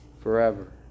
forever